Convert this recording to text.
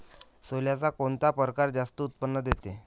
सोल्याचा कोनता परकार जास्त उत्पन्न देते?